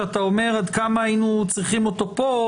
שאתה אומר עד כמה היינו צריכים אותו פה,